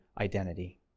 identity